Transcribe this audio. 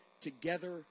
together